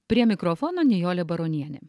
prie mikrofono nijolė baronienė